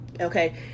Okay